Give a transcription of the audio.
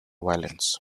violence